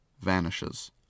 vanishes